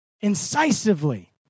incisively